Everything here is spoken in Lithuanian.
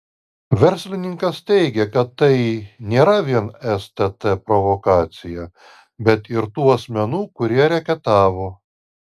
verslininkas teigė kad tai nėra vien stt provokacija bet ir tų asmenų kurie reketavo